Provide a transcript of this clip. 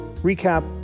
recap